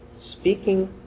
speaking